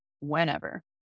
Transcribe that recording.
whenever